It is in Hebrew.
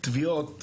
תחנה תחנה,